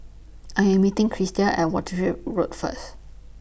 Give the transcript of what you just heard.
I Am meeting Krista At Wishart Road First